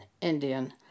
Indian